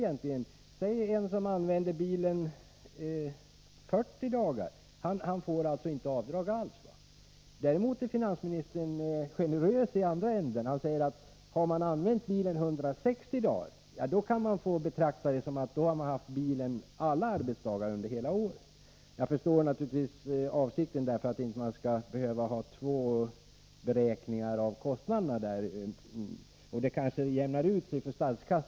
Den som använder bilen t.ex. 40 dagar får då inte alls göra något avdrag. Däremot är finansministern generös i andra änden. Han säger att den som har använt bilen 160 dagar i tjänsten kan få göra avdrag som om han hade använt bilen i tjänsten alla arbetsdagar under året. Jag förstår att avsikten är att det inte skall behöva göras två beräkningar av kostnaderna. Det är möjligt att finansministern har funnit att det jämnar ut sig för statskassan.